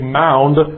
mound